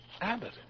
Abbott